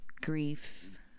grief